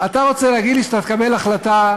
אתה רוצה להגיד לי שאתה תקבל החלטה,